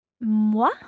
Moi